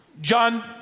John